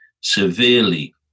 severely